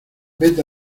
vete